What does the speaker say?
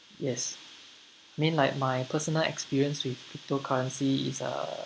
yes mean like my personal experience with cryptocurrency is uh